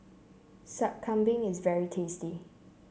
Sup Kambing is very tasty